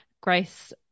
Grace